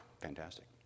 fantastic